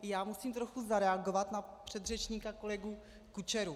I já musím trochu zareagovat na předřečníka kolegu Kučeru.